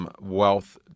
Wealth